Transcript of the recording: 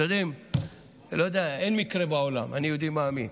אתם יודעים, אין מקרה בעולם, אני יהודי מאמין.